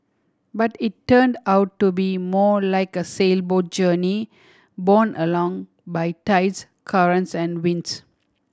but it turned out to be more like a sailboat journey borne along by tides currents and winds